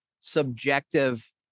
subjective